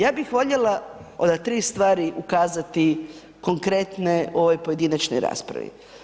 Ja bih voljela na 3 stvari ukazati konkretne u ovoj pojedinačnoj raspravi.